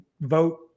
vote